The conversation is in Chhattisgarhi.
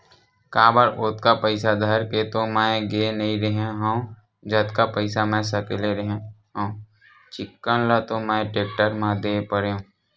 काबर ओतका पइसा धर के तो मैय गे नइ रेहे हव जतका पइसा मै सकले रेहे हव चिक्कन ल तो मैय टेक्टर म दे परेंव